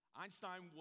Einstein